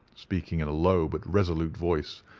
speaking in a low but resolute voice,